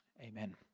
amen